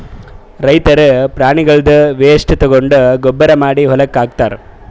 ರೈತರ್ ಪ್ರಾಣಿಗಳ್ದ್ ವೇಸ್ಟ್ ತಗೊಂಡ್ ಗೊಬ್ಬರ್ ಮಾಡಿ ಹೊಲಕ್ಕ್ ಹಾಕ್ತಾರ್